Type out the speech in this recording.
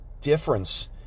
difference